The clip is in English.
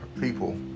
people